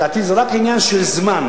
לדעתי זה רק עניין של זמן,